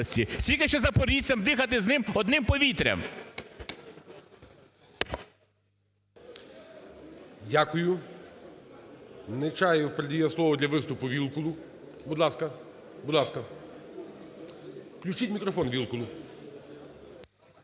Скільки ще запоріжцям дихати з ним одним повітрям? ГОЛОВУЮЧИЙ. Дякую. Нечаєв передає слово для виступу Вілкулу. Будь ласка. Будь ласка, включіть мікрофон Вілкулу.